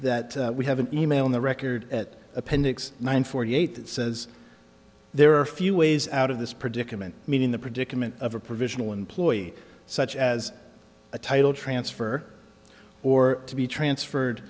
that we have an e mail on the record at appendix nine forty eight that says there are a few ways out of this predicament meaning the predicament of a provisional employee such as a title transfer or to be transferred